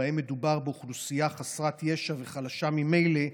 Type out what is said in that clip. שבהם מדובר באוכלוסייה חסרת ישע וחלשה ממילא,